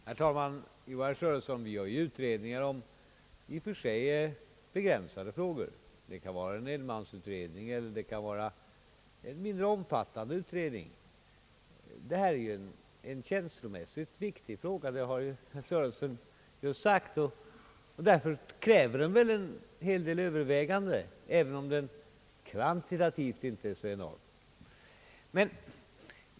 Herr talman! Ja, herr Sörenson, vi gör utredningar också i begränsade frågor. Det kan vara en enmansutredning eller någon annan mindre omfattande utredning. Det här är en känslomässig fråga. Det har ju också herr Sörenson sagt. Därför kräver den en hel del överväganden, även om den kvantitativt inte är så enorm.